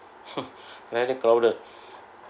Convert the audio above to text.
very crowded